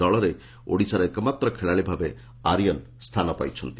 ଦଳରେ ଓଡ଼ିଶାର ଏକମାତ୍ର ଖେଳାଳି ଭାବେ ଆର୍ଯ୍ୟନ ସ୍ତାନ ପାଇଛନ୍ତି